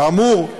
כאמור,